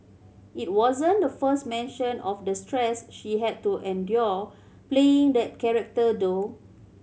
it wasn't the first mention of the stress she had to endure playing that character though